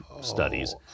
studies